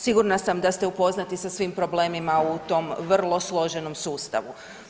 Sigurna sam da ste upoznati sa svim problemima u tom vrlo složenom sustavu.